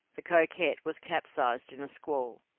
the coquette was capsized in a squall,